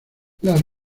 las